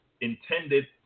intended